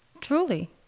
Truly